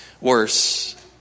worse